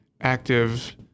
active